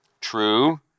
True